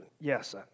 yes